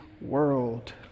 world